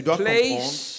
place